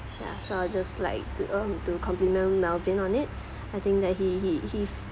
ya so I'll just like to um to compliment melvin on it I think that he he he